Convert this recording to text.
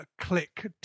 click